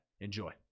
enjoy